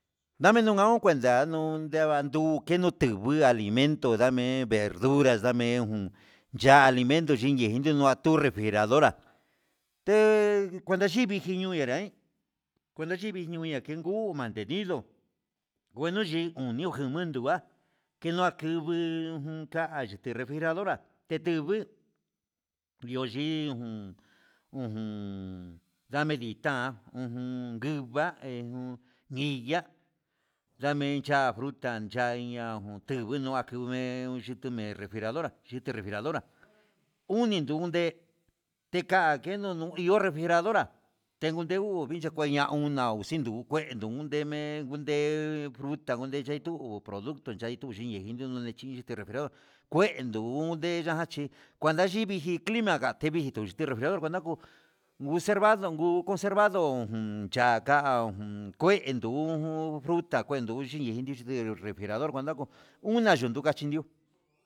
Ndanu kuandiano nguia ndavan duu keno tingui alimento dame verdura dame jun, ya'a alimento yani chini nua atu refrijeradora, de kuenta ji mi jinio jenaraí kuenda yi minjinió na jen nguu kuande nido kuenta xhin jun nijen niminuga keno andivii kayii, te refrijeradora tetivi noyii jun ojon ndame ditá ujun nguivai ujun niya'a, damen ya'a fruta yá denginña tenguino natuné, nuu chutu efrijeradora uni ndunde teka kenunu ihó refrijeradora tengun ke uu chio nichekuañaun una xhinokue ndundeme ndei frutaunden ye'u tuu producto ahi ñe'e chineo inio na chi refrijerador kuendu nuu yee yachí, kuando xhivi ndi clima teviju nde refrijerador kuenda nguservado nguu onservado jun chnrá kué kuenduju fruta kuenduuyii chendute refrijerador kuendako una yunu kachindiu.